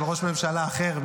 של ראש ממשלה אחר,